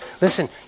Listen